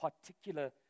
Particular